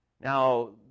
Now